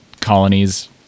colonies